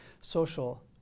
social